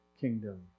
kingdom